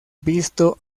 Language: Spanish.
visto